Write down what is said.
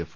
F